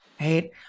right